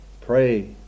pray